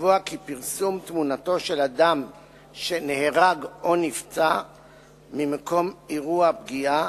ולקבוע כי פרסום תמונתו של אדם שנהרג או נפצע ממקום אירוע הפגיעה,